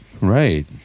Right